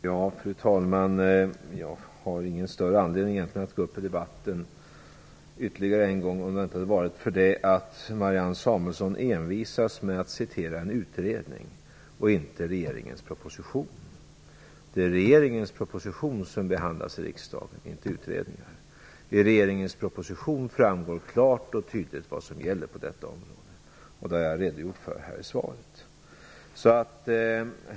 Fru talman! Jag har egentligen ingen större anledning att gå upp i debatten ytterligare en gång, om det inte hade varit för det att Marianne Samuelsson envisas med att citera en utredning och inte regeringens proposition. Det är regeringens proposition som behandlas i riksdagen, inte utredningar. Av regeringens proposition framgår klart och tydligt vad som gäller på narkotikapolitikens område, och det har jag redogjort för i svaret.